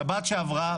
בשבת שעברה,